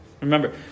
Remember